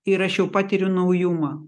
ir aš jau patiriu naujumą